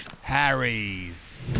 Harry's